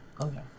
Okay